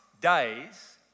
days